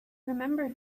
remembered